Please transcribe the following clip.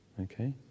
okay